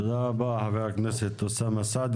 תודה רבה, חבר הכנסת אוסאמה סעדי.